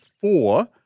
four